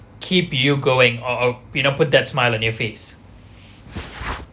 keep you going or or you know put that smile on your face